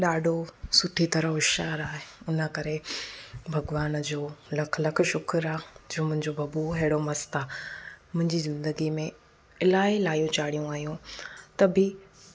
ॾाढो सुठी तरह होशियार आहे इनकरे भॻवानु जो लख लख शुक्र आहे जो मुंहिंजो बबू अहिड़ो मस्तु आहे मुंहिंजी ज़िंदगीअ में इलाही लायूं चाढ़ियूं आहियूं त बि